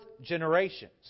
generations